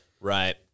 Right